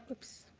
oops,